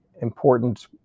important